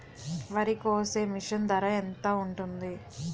వరి కోసే మిషన్ ధర ఎంత ఉంటుంది?